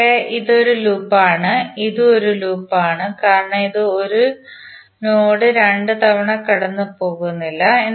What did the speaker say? ഇവിടെ ഇത് ഒരു ലൂപ്പാണ് ഇതും ഒരു ലൂപ്പ് ആണ് കാരണം ഇത് 1 നോഡ് 2 തവണ കടന്നു പോകുന്നില്ല